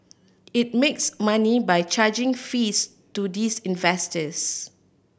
it makes money by charging fees to these investors